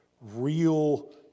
real